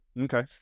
okay